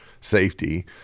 safety